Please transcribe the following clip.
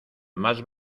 más